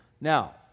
Now